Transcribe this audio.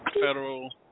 federal